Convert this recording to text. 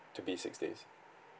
to be six days